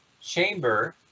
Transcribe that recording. chamber